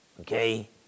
okay